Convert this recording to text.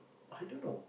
I don't know